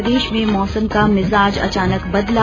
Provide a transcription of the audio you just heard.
प्रदेश में मौसम का मिज़ाज अचानक बदला